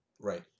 right